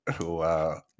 Wow